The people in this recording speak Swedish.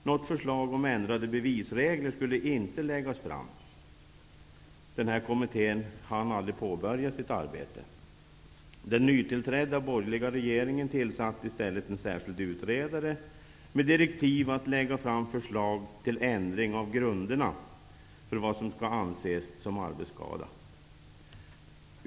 Något förslag om ändrade bevisregler skulle inte läggas fram. Den här kommittén hann aldrig påbörja sitt arbete. Den nytillträdda borgerliga regeringen tillsatte i stället en särskild utredare, med direktiv att lägga fram förslag till ändring av grunderna för vad som skall anses som arbetsskada.